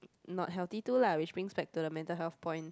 not healthy too lah which brings back to the mental health point